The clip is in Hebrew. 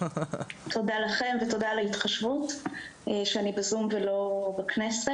תודה לכם ותודה על ההתחשבות שאני בזום ולא בכנסת.